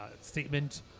statement